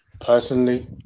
personally